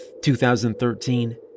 2013